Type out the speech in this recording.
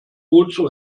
also